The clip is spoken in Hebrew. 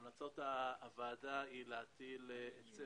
המלצת הוועדה היא להטיל היצף.